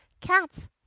cats